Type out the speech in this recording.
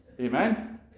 Amen